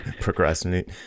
Procrastinate